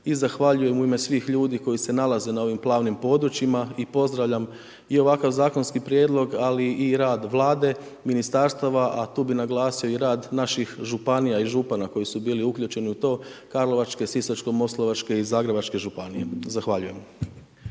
i zahvaljujem u ime svih ljudi koji se nalaze na ovim plavnim područjima i pozdravljam i ovakav zakonski prijedlog, ali i rad Vlade, ministarstva, a tu bih naglasio i rad naših županija i župana koji su bili uključeni u to, karlovačke, sisačko moslavačke i zagrebačke županije. Zahvaljujem.